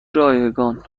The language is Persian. رایگان